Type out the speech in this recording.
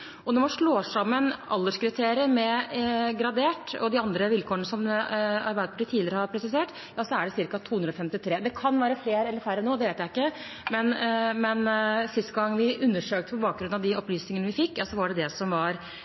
Når man slår sammen alderskriteriet med gradert-kriteriet og de andre vilkårene som Arbeiderpartiet tidligere har presisert, er det ca. 253. Det kan være flere eller færre nå, det vet jeg ikke, men sist gang vi undersøkte på bakgrunn av de opplysningene vi fikk, var det det som var